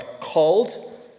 called